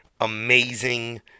amazing